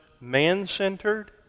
man-centered